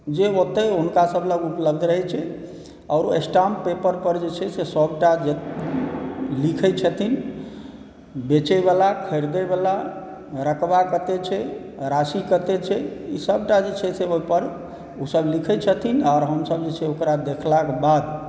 जे ओतै हुनका सभ लग उपलब्ध रहै छै आर ओ स्टाम्प पेपर पर जे छै से सभटा लिखै छथिन बेचै वला खरीदए वला रकवा कते छै राशि कते छै ई सभटा जे छै से ओहिपर ओ सभ लिखै छथिन आओर हमसभ जे छै से ओकरा देखलाक बाद